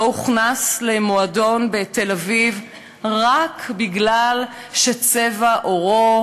שלא הוכנס למועדון בתל-אביב רק כי את צבע עורו